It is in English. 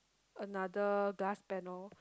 another glass panel